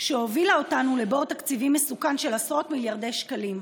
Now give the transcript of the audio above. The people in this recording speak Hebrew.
שהובילה אותנו לבור תקציבי מסוכן של עשרות מיליארדי שקלים,